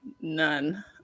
None